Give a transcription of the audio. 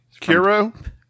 Kiro